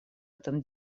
этом